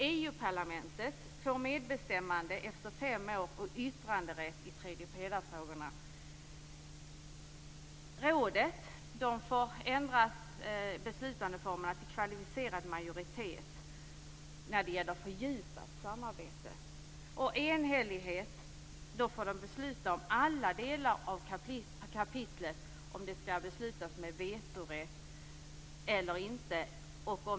EU-parlamentet får medbestämmande efter fem år och yttranderätt i tredje-pelar-frågorna. Rådet får ändrade beslutsformer till kvalificerad majoritet när det gäller fördjupat samarbete. Vid enhällighet får rådet besluta om alla delar av kapitlet, om det skall fattas beslut med vetorätt eller inte.